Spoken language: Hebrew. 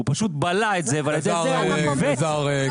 הוא פשוט בלע את זה ועל ידי זה הוא עיוות את